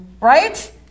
right